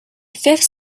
fifth